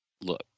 Look